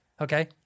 Okay